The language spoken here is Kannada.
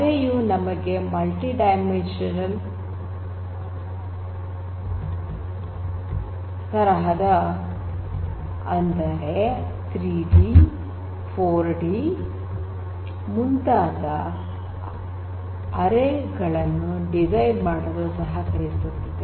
ಅರೆ ಯು ನಮಗೆ ಮಲ್ಟಿ ಡೈಮೆನ್ಶನಲ್ ತರಹದ ಅಂದರೆ 3ಡಿ 4ಡಿ ಮುಂತಾದ ಅರೇ ಗಳನ್ನು ಡಿಸೈನ್ ಮಾಡಲು ಸಹಕರಿಸುತ್ತದೆ